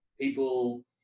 people